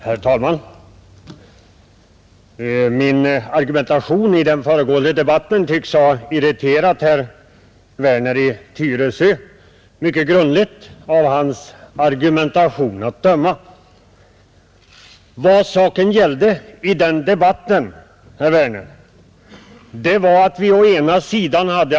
Herr talman! Min argumentation i den föregående debatten tycks ha irriterat herr Werner i Tyresö mycket grundligt, att döma av hans anförande i dag. Vad det gällde i den debatten, herr Werner, var att ta ställning till två saker.